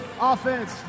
Offense